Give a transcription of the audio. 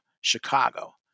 Chicago